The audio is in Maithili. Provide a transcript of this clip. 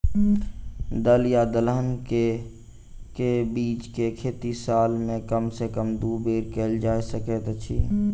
दल या दलहन केँ के बीज केँ खेती साल मे कम सँ कम दु बेर कैल जाय सकैत अछि?